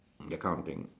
that kind of thing